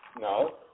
No